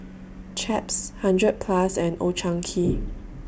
Chaps hundred Plus and Old Chang Kee